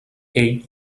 ell